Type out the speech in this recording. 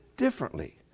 differently